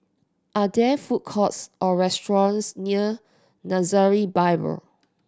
are there food courts or restaurants near Nazareth Bible